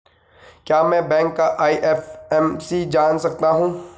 क्या मैं बैंक का आई.एफ.एम.सी जान सकता हूँ?